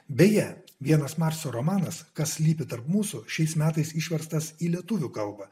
beje vienas marso romanas kas slypi tarp mūsų šiais metais išverstas į lietuvių kalbą